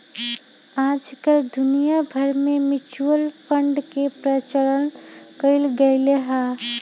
आजकल दुनिया भर में म्यूचुअल फंड के प्रचलन कइल गयले है